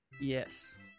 Yes